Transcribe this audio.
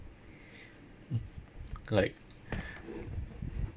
like